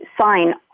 sign